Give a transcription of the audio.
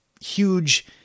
huge